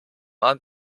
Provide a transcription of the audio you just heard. man